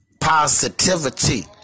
positivity